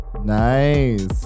Nice